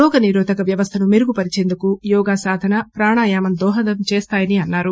రోగ నిరోధక వ్యవస్థను మెరుగు పరిచేందుకు యోగా సాధన ప్రాణాయామం దోహదం చేస్తాయని అన్నారు